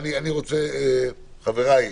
חבריי,